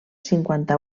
cinquanta